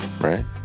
right